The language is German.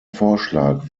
vorschlag